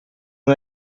não